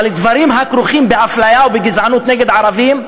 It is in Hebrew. אבל דברים הכרוכים באפליה ובגזענות נגד ערבים,